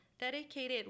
dedicated